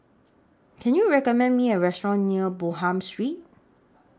Can YOU recommend Me A Restaurant near Bonham Street